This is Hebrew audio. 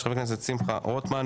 של חבר הכנסת שמחה רוטמן.